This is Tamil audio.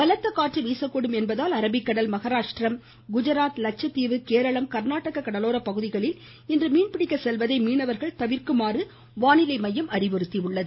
பலத்த காற்று வீசக்கூடும் என்பதால் அரபிக்கடல் மகராஷ்டிரா குஜராத் லட்சத்தீவு கேரள கர்நாடக கடலோரப் பகுதிகளில் இன்று மீன் பிடிக்கச் செல்வதை மீனவர்கள் தவிர்க்குமாறு வானிலைமையம் அறிவுறுத்தி உள்ளது